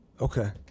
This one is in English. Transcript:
Okay